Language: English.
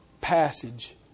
passage